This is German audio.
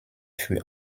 für